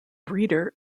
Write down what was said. breeder